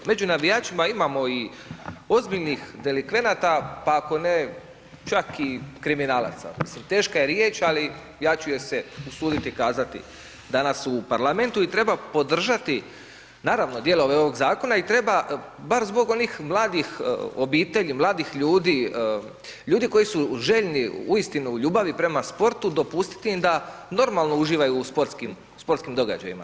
Među navijačima imamo i ozbiljnih delikvenata, pa ako ne, čak i kriminalaca, mislim, teška je riječ ali ja ću je se usuditi kazati danas u parlamentu i treba podržati, naravno, dijelove ovog zakona i treba bar zbog onih mladih obitelji, mladih ljudi, ljudi koji su željni uistinu u ljubavi prema sportu dopustiti im da normalno uživaju u sportskim događajima.